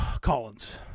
Collins